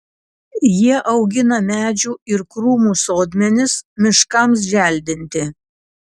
jie augina medžių ir krūmų sodmenis miškams želdinti